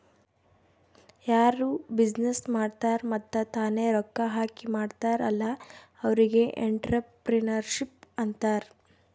ಯಾರು ಬಿಸಿನ್ನೆಸ್ ಮಾಡ್ತಾರ್ ಮತ್ತ ತಾನೇ ರೊಕ್ಕಾ ಹಾಕಿ ಮಾಡ್ತಾರ್ ಅಲ್ಲಾ ಅವ್ರಿಗ್ ಎಂಟ್ರರ್ಪ್ರಿನರ್ಶಿಪ್ ಅಂತಾರ್